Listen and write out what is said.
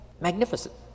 magnificent